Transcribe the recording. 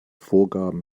vorgaben